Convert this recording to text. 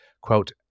Quote